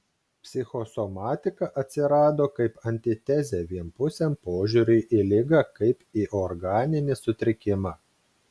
psichosomatika atsirado kaip antitezė vienpusiam požiūriui į ligą kaip į organinį sutrikimą